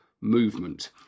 movement